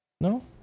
No